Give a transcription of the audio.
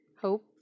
Hope